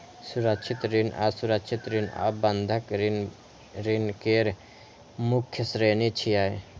सुरक्षित ऋण, असुरक्षित ऋण आ बंधक ऋण ऋण केर मुख्य श्रेणी छियै